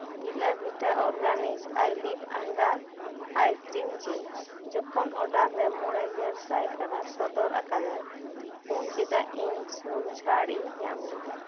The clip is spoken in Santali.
ᱵᱤᱞᱟ ᱵᱷᱤᱴᱟ organic eyelift under eye cream gel ᱡᱚᱠᱷᱚᱱ ᱚᱰᱟᱨ ᱨᱮ ᱢᱚᱬᱮ ᱜᱮᱞ ᱥᱟᱭᱠᱟᱲᱟ ᱥᱚᱫᱚᱨ ᱟᱠᱟᱫᱟᱭ ᱩᱱ ᱪᱮᱫᱟᱜ ᱤᱧ ᱥᱩᱱ ᱪᱷᱟᱲᱤᱧ ᱧᱟᱢ ᱞᱮᱫᱟ